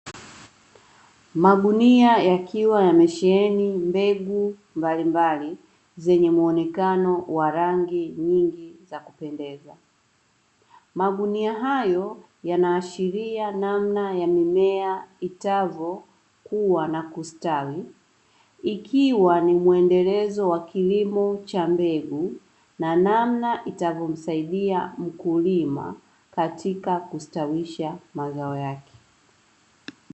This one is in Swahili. Magunia yakiwa yamesheheni mbegu mbalimbali, zenye muonekano wa rangi nyingi za kupendeza. Magunia hayo yanaashiria namna ya mimea itakavyokua na kustawi, ikiwa ni muendelezo wa kilimo cha mbegu na namna itavyomsaidia mkulima katika kustawisha mazao yake.